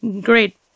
Great